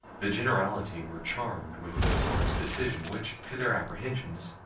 the generality were charmed with their lord's decision, which, to their apprehensions,